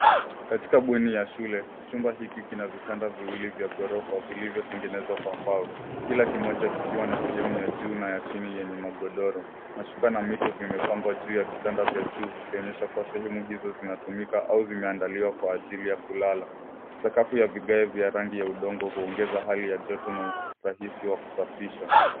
Katika bweni ya shule, chumba hiki kina vitanda viwili vya ghorofa vilivyotengenezwa kwa mbao, kila kimoja kikiwa na sehemu ya juu na ya chini yenye magodoro. Mashuka na mito vimepangwa juu ya kitanda vya juu vikionyesha kuwa sehemu hizo zinatumika au zimeandaliwa kwa ajili ya kulala. Sakafu ya vigae vya rangi ya udongo huongeza hali ya joto na urahisi wa kusafisha.